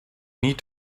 need